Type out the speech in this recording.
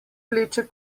vleče